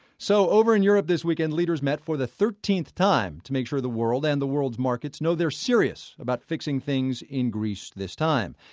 so over in europe this weekend, leaders met for the thirteenth time to make sure the world and the world's markets know they're serious about fixing things in greece this time.